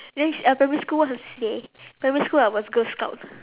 then you at primary school what's your C_C_A primary school I was girl scout